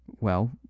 Well